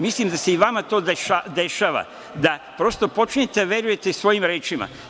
Mislim da se i vama to dešava da prosto počinjete da verujete svojim rečima.